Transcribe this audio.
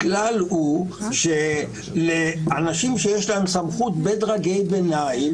הכלל הוא שלאנשים שיש סמכות בדרגי ביניים,